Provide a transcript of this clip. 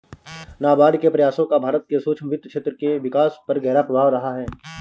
नाबार्ड के प्रयासों का भारत के सूक्ष्म वित्त क्षेत्र के विकास पर गहरा प्रभाव रहा है